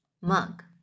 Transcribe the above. Mug